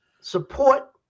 support